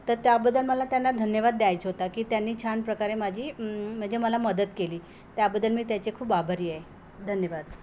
तर त्याबद्दल मला त्यांना धन्यवाद द्यायचा होता की त्यांनी छान प्रकारे माझी म्हणजे मला मदत केली त्याबद्दल मी त्याचे खूप आभारी आहे धन्यवाद